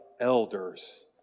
Elders